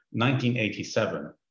1987